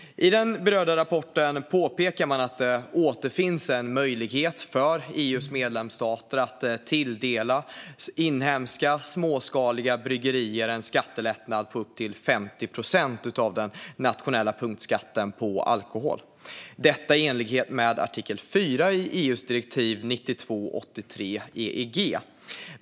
I den berörda rapporten påpekar man att det finns en möjlighet för EU:s medlemsstater att tilldela inhemska småskaliga bryggerier en skattelättnad på upp till 50 procent av den nationella punktskatten på alkohol, detta i enlighet med artikel 4 i EU:s direktiv 92 EEG.